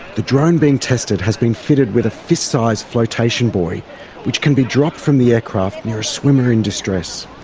the drone being tested has been fitted with a fist-sized flotation buoy which can be dropped from the aircraft near a swimmer in distress.